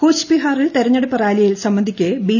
കുച്ച്ബെഹാറിൽ തെരഞ്ഞെടുപ്പ് റാലിയിൽ സംബന്ധിക്കെ ബി